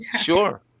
sure